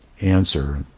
answer